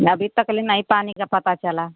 अभी तक ले नहीं पानी का पता चला